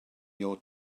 your